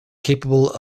capable